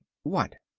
what?